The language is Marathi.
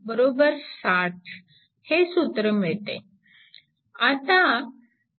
हे सूत्र मिळते